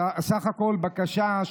בסך הכול בקשה: